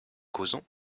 causons